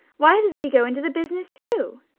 why doesn't he go into the business, too?